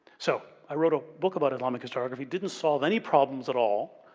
so, i wrote a book about islamic historiography, didn't solve any problems at all,